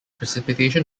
precipitation